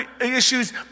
issues